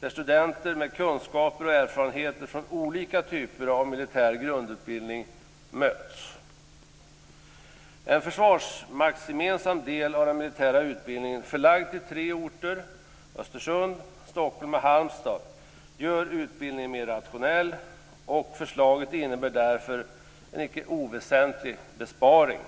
där studenter med kunskaper och erfarenheter från olika typer av militär grundutbildning möts. En försvarsmaktsgemensam del av den militära utbildningen förlagd till tre orter, Östersund, Stockholm och Halmstad, gör utbildningen mer rationell. Förslaget innebär därför en icke oväsentlig besparing.